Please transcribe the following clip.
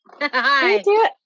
hi